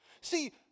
See